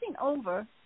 over